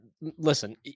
Listen